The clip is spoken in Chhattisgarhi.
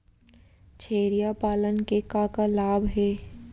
छेरिया पालन के का का लाभ हे?